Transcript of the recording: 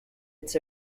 its